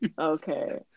Okay